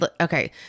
Okay